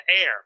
air